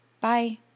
Bye